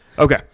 Okay